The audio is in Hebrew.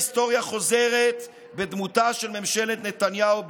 ההיסטוריה חוזרת בדמותה של ממשלת נתניהו,